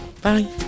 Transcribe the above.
Bye